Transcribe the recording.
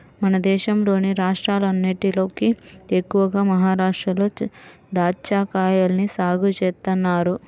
మన దేశంలోని రాష్ట్రాలన్నటిలోకి ఎక్కువగా మహరాష్ట్రలో దాచ్చాకాయల్ని సాగు చేత్తన్నారు